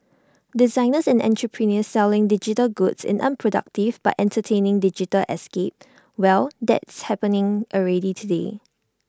designers and entrepreneurs selling digital goods in unproductive but entertaining digital escapes well that's happening already today